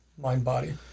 mind-body